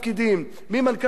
ממנכ"ל רשות השידור,